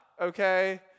okay